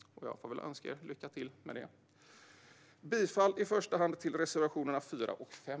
Jag får väl önska er lycka till med det. Jag yrkar bifall till reservationerna 4 och 5.